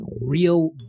real